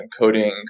encoding